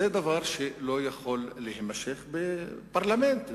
זה דבר שלא יכול להימשך בפרלמנט,